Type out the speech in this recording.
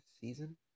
season